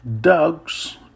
Dogs